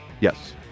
Yes